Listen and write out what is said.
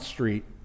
Street